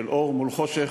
של אור מול חושך,